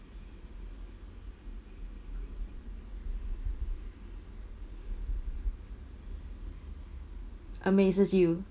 amazes you